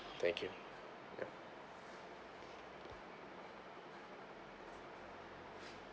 thank you ya